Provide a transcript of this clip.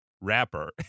Rapper